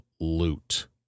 loot